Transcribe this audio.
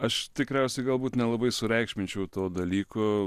aš tikriausiai galbūt nelabai sureikšminčiau to dalyko